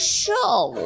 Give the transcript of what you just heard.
show